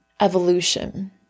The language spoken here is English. evolution